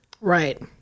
right